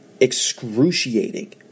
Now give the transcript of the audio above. excruciating